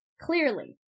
Clearly